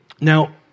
Now